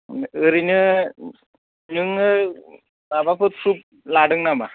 ओरैनो नोङो माबाफोर फ्रुब लादों नामा